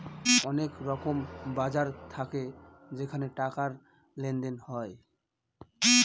অনেক এরকম বাজার থাকে যেখানে টাকার লেনদেন হয়